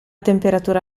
temperatura